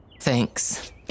Thanks